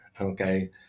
okay